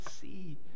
see